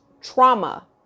trauma